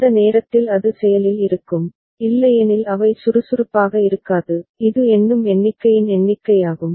அந்த நேரத்தில் அது செயலில் இருக்கும் இல்லையெனில் அவை சுறுசுறுப்பாக இருக்காது இது எண்ணும் எண்ணிக்கையின் எண்ணிக்கையாகும்